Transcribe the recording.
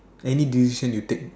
any duration you take